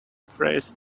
phrase